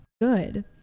good